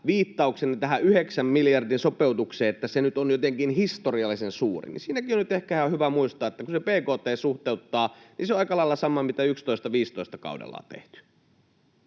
viittauksenne tähän 9 miljardin sopeutukseen, että se nyt on jotenkin historiallisen suuri, niin siinäkin on nyt ehkä ihan hyvä muistaa, että kun sen bkt:n suhteuttaa, niin se on aika lailla sama kuin mitä kaudella 2011—2015